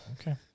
Okay